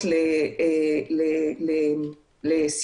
וגם